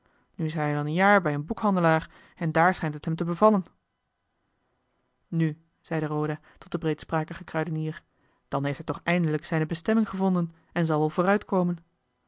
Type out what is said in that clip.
nu is hij al een jaar bij een boekhandelaar en daar schijnt het hem te bevallen nu zeide roda tot den breedsprakigen kruidenier dan heeft hij toch eindelijk zijne bestemming gevonden en zal wel